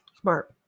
smart